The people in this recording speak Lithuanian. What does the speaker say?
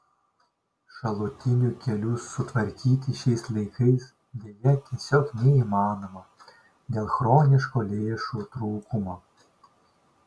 šalutinių kelių sutvarkyti šiais laikais deja tiesiog neįmanoma dėl chroniško lėšų trūkumo